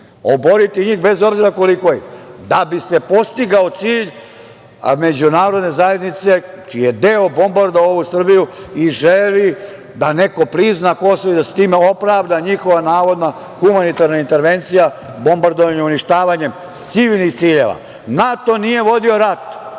oboriti njih bez obzira koliko ih je, da bi se postigao cilj međunarodne zajednice čiji je deo bombardovao ovu Srbiju i želi da neko prizna Kosovo i da se time opravda njihova navodna humanitarna intervencija bombardovanjem, uništavanjem civilnih ciljeva. NATO nije vodio rat